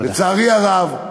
לצערי הרב,